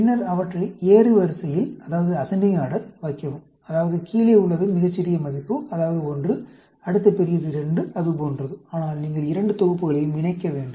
பின்னர் அவற்றை ஏறுவரிசையில் வைக்கவும் அதாவது கீழே உள்ளது மிகச்சிறிய மதிப்பு அதாவது 1 அடுத்த பெரியது 2 அது போன்றது ஆனால் நீங்கள் இரண்டு தொகுப்புகளையும் இணைக்க வேண்டும்